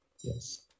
yes